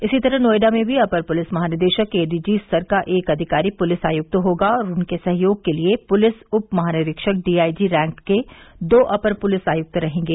इसी तरह नोएडा में भी अपर पुलिस महानिदेशक एडीजी स्तर का एक अधिकारी पुलिस आयुक्त होगा और उनके सहयोग के लिए पुलिस उप महानिरीक्षक डीआईजी रैंक के दो अपर पुलिस आयुक्त रहेंगे